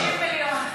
50 מיליון.